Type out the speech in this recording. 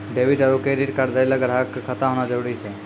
debit आरू credit card दैय ल ग्राहक क खाता होना जरूरी छै